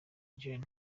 gen